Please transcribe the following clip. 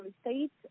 states